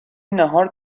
ناهار